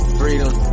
freedom